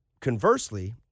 Conversely